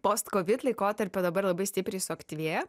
post kovit laikotarpio dabar labai stipriai suaktyvėjo